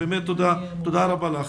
תודה רבה.